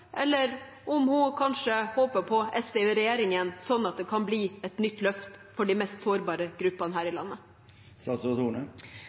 eller om hun kanskje håper på SV i regjering igjen, slik at det kan bli et nytt løft for de mest sårbare gruppene her i